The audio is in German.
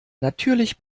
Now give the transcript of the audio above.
natürlich